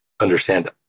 understand